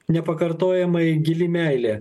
nepakartojamai gili meilė